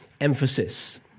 emphasis